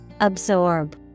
absorb